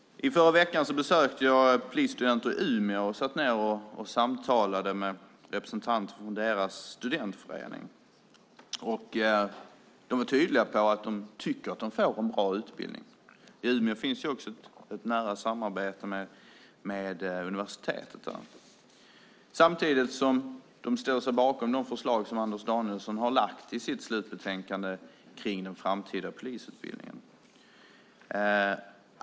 Förra veckan besökte jag polisstudenter i Umeå och satt ned och samtalade med representanter från deras studentförening. De var tydliga med att de tycker att de får en bra utbildning. I Umeå finns också ett nära samarbete med universitetet. Samtidigt ställer de sig bakom de förslag som Anders Danielsson har lagt fram i sitt slutbetänkande om den framtida polisutbildningen.